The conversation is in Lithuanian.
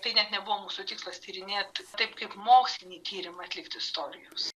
tai net nebuvo mūsų tikslas tyrinėt taip kaip mokslinį tyrimą atlikt istorijos